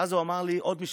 ואז הוא אמר לי עוד משפט: